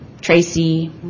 Tracy